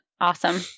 Awesome